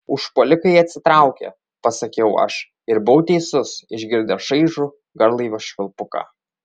užpuolikai atsitraukė pasakiau aš ir buvau teisus išgirdę šaižų garlaivio švilpuką